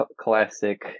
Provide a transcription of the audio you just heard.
classic